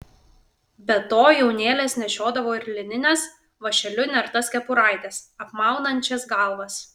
be to jaunėlės nešiodavo ir linines vąšeliu nertas kepuraites apmaunančias galvas